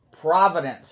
providence